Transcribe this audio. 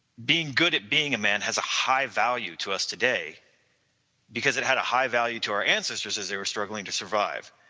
being good at being a man has a high value to us today because it had a high value to our ancestors as they were struggling to survive.